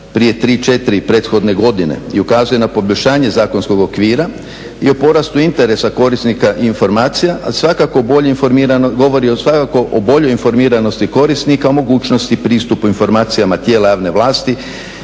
prije 3-4 prethodne godine i ukazuje na poboljšanje zakonskog okvira i o porastu interesa korisnika informacija, a govori o svakako boljoj informiranosti korisnika o mogućnosti pristupu informacijama tijela javne vlasti,